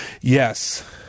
Yes